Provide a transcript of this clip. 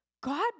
God